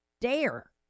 dare